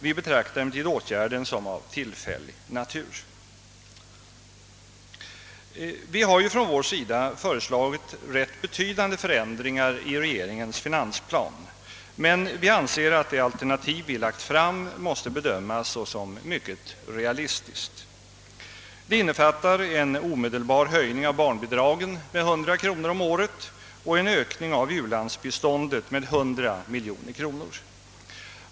Vi betraktar emellertid åtgärden som varande av tillfällig natur. Vi har från vår sida föreslagit ganska betydande förändringar i regeringens finansplan, men vi anser att det alternativ vi framlagt måste bedömas som mycket realistiskt. Det innefattar en omedelbar höjning av barnbidragen med 100 kronor om året och en ökning av u-landsbiståndet med 100 miljoner kronor.